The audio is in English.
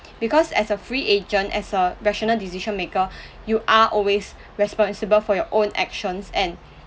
because as a free agent as a rational decision maker you are always responsible for your own actions and